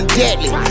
deadly